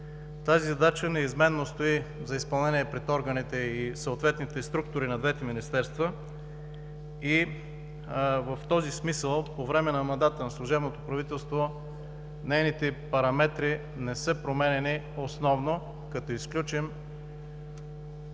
Тази задача неизменно стои за изпълнение пред органите и съответните структури на двете министерства. В този смисъл по време на мандата на служебното правителство нейните параметри не са променяни основно, като изключим